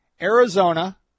Arizona